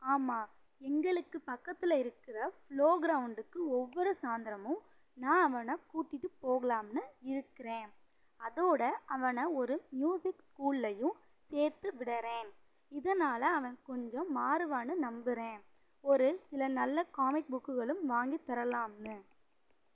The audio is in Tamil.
ஆமாம் எங்களுக்கு பக்கத்தில் இருக்கிற ப்ளோக்ரௌண்டுக்கு ஒவ்வொரு சாயந்திரமும் நான் அவனை கூட்டிட்டு போகலாம்னு இருக்கிறேன் அதோடய அவனை ஒரு மியூசிக் ஸ்கூல்லையும் சேர்த்து விடுறேன் இதனால் அவன் கொஞ்சம் மாறுவான்னு நம்புகிறேன் ஒரு சில நல்ல காமிக் புக்குகளும் வாங்கித்தரலாம்னு